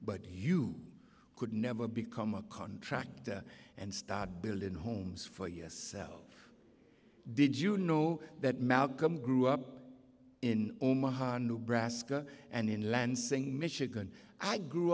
but you could never become a contractor and start building homes for yourself did you know that malcolm grew up in omaha nebraska and in lansing michigan i grew